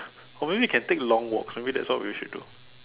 or maybe we can take long walks maybe that's what we should do